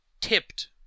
Tipped